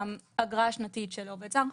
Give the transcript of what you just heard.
האגרה השנתית של עובד זר.